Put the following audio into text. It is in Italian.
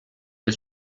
del